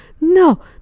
no